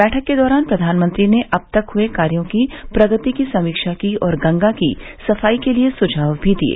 बैठक के दौरान प्रधानमंत्री ने अब तक हुए कार्यो की प्रगति की समीक्षा की और गंगा की सफाई के लिए सुझाव भी दिये